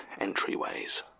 entryways